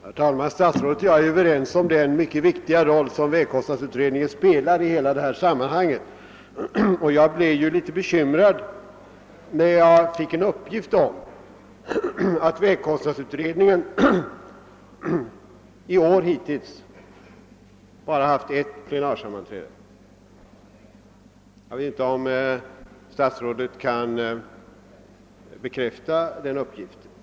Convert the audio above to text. Herr talman! Statsrådet och jag är överens om den mycket viktiga roll som vägkostnadsutredningen spelar i hela detta sammanhang. Jag blev litet bekymrad, när jag fick en uppgift om att vägkostnadsutredningen hittills i år bara haft ett plenarsammanträde. Jag vet inte, om statsrådet kan bekräfta den uppgiften.